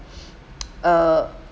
uh